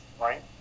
right